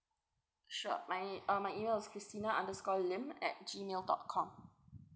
sure my uh my email is christina underscore lim at G mail dot com